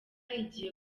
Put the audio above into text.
igiye